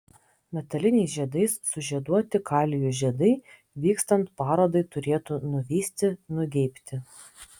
metaliniais žiedais sužieduoti kalijų žiedai vykstant parodai turėtų nuvysti nugeibti